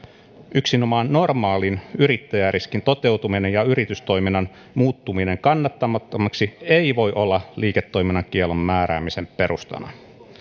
yksinomaan normaalin yrittäjäriskin toteutuminen ja yritystoiminnan muuttuminen kannattamattomaksi ei voi olla liiketoimintakiellon määräämisen perusteena